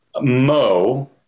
mo